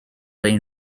ein